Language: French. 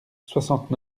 soixante